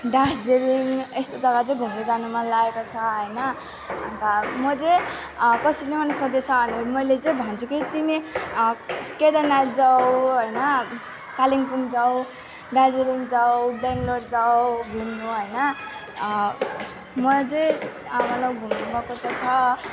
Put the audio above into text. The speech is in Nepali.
दार्जिलिङ यस्तो जग्गा चाहिँ घुम्नु जानु मन लागेको छ हैन अनि त म चाहिँ कसैले पनि सोधेछ भने मैले चाहिँ भन्छु कि तिमी केदारनाथ जाऊ हैन कालिम्पोङ जाऊ दार्जिलिङ जाऊ ब्याङ्लोर जाऊ घुम्नु हैन मलाई चाहिँ मतलब घुम्नु गएको त छ